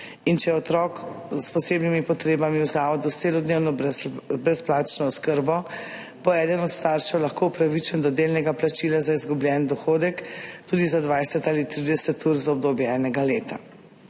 če je otrok s posebnimi potrebami v zavodu s celodnevno brezplačno oskrbo, bo eden od staršev lahko upravičen do delnega plačila za izgubljen dohodek tudi za 20 ali 30 ur za obdobje enega leta.